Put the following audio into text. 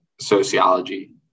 sociology